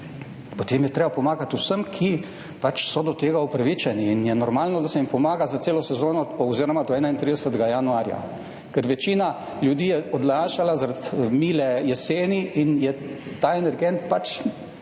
potem je treba pomagati vsem, ki pač so do tega upravičeni, in je normalno, da se jim pomaga za celo sezono oziroma do 31. januarja, ker večina ljudi je odlašala zaradi mile jeseni in je ta energent pač